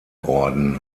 orden